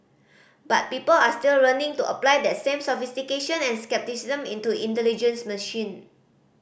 but people are still learning to apply that same sophistication and scepticism into intelligent machine